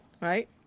Right